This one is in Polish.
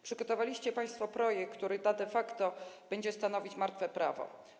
Przygotowaliście państwo projekt, który de facto będzie stanowić martwe prawo.